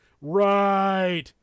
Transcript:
Right